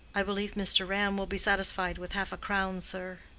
i believe mr. ram will be satisfied with half-a-crown, sir.